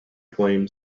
claim